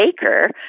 baker –